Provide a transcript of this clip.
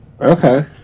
Okay